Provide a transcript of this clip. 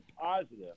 positive